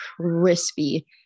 crispy